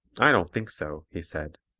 i don't think so, he said.